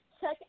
check